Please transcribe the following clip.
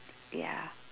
ya